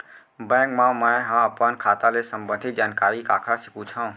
Bank मा मैं ह अपन खाता ले संबंधित जानकारी काखर से पूछव?